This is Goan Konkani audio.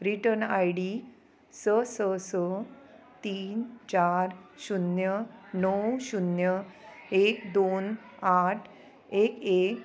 रिटर्न आय डी स स स तीन चार शुन्य णव शुन्य एक दोन आठ एक एक